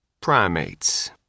primates